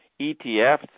ETFs